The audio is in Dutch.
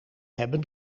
hebben